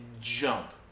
jump